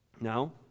Now